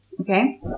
Okay